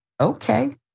Okay